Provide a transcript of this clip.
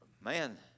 man